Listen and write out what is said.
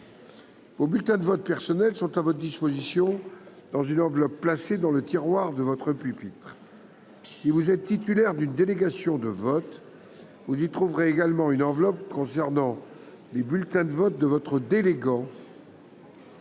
Vos bulletins de vote personnels sont à votre disposition dans une enveloppe placée dans le tiroir de votre pupitre. Si vous êtes titulaire d’une délégation de vote, vous y trouverez également une enveloppe contenant les bulletins de vote de votre délégant.